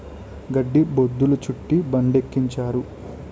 గడ్డి బొద్ధులు చుట్టి బండికెక్కించారు